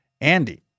Andy